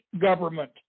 government